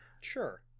Sure